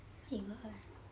!ee!